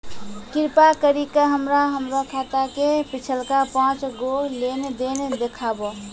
कृपा करि के हमरा हमरो खाता के पिछलका पांच गो लेन देन देखाबो